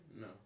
No